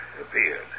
appeared